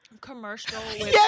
commercial